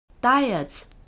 Diets